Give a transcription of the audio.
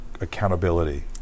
accountability